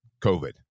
COVID